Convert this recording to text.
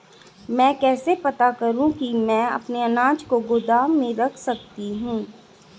मैं कैसे पता करूँ कि मैं अपने अनाज को गोदाम में रख सकता हूँ?